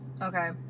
Okay